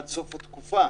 עד סוף התקופה.